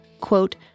quote